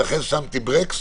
ולכן שמתי ברקס